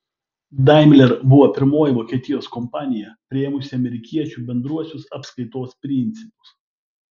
daimler buvo pirmoji vokietijos kompanija priėmusi amerikiečių bendruosius apskaitos principus